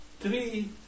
three